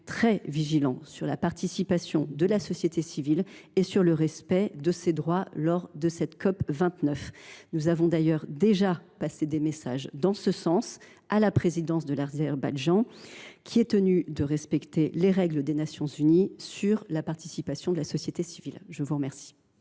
très vigilants sur la participation de la société civile et sur le respect de ses droits lors de cette COP29. Nous avons d’ailleurs déjà fait passer des messages dans ce sens à la présidence de l’Azerbaïdjan, qui est tenue de respecter les règles des Nations unies à cet égard. La parole est à Mme